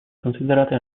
considerate